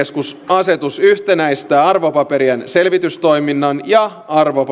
arvopaperikeskusasetus yhtenäistää arvopaperien selvitystoiminnan ja arvopaperikeskustoiminnan sääntelyä asetus avaa